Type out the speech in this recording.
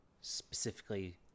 specifically